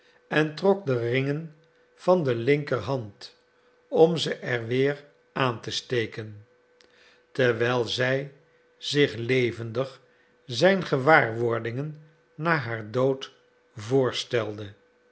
en trok de ringen van de linkerhand om ze er weer aan te steken terwijl zij zich levendig zijn gewaarwordingen na haar dood voorstelde